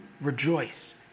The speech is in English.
rejoice